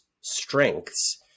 strengths